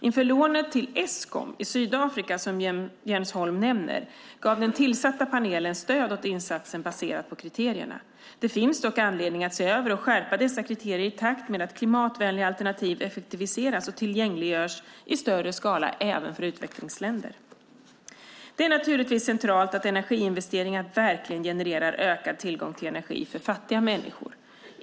Inför lånet till Eskom i Sydafrika, som Jens Holm nämner, gav den tillsatta panelen stöd åt insatsen baserat på kriterierna. Det finns dock anledning att se över och skärpa dessa kriterier i takt med att klimatvänliga alternativ effektiviseras och tillgängliggörs i större skala även för utvecklingsländer. Det är naturligtvis centralt att energiinvesteringarna verkligen genererar ökad tillgång till energi för fattiga människor.